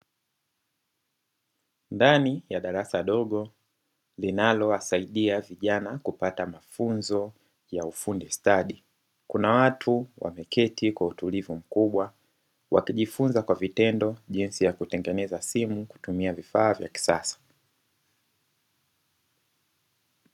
Ndani ya darasa dogo linalowasaidia vijana kupata mafunzo ya ufundi stadi, kuna watu wameketi kwa utulivu mkubwa wakijifunza kwa vitendo jinsi ya kutengeneza simu kutumia vifaa vya kisasa.